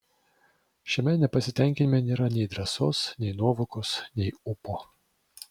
šiame nepasitenkinime nėra nei drąsos nei nuovokos nei ūpo